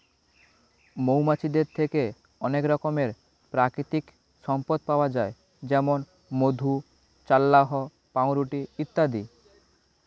মৌমাছিদের থেকে অনেক রকমের প্রাকৃতিক সম্পদ পাওয়া যায় যেমন মধু, চাল্লাহ্ পাউরুটি ইত্যাদি